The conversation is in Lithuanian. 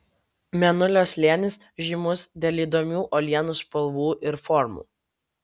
mėnulio slėnis žymus dėl įdomių uolienų spalvų ir formų